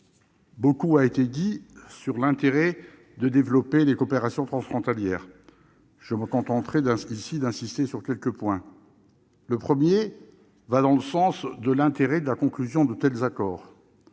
Beaucoup a été dit sur l'intérêt de développer les coopérations transfrontalières. Je me contenterai ici d'insister sur quelques points. Le premier va dans le sens de l'intérêt de la conclusion de tels accords.